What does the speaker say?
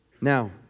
Now